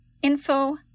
info